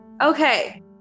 Okay